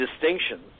distinctions